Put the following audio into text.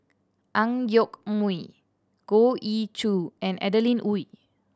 Ang Yoke Mooi Goh Ee Choo and Adeline Ooi